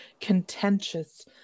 contentious